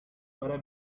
para